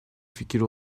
fikir